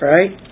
Right